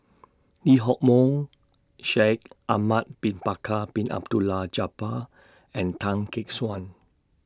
Lee Hock Moh Shaikh Ahmad Bin Bakar Bin Abdullah Jabbar and Tan Gek Suan